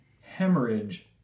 Hemorrhage